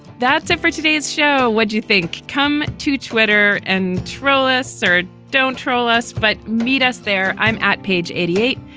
that's it for today's show. what do you think? come to twitter and troll us, sir. don't tell us, but meet us there. i'm at page eighty eight.